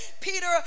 Peter